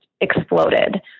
exploded